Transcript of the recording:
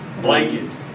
Blanket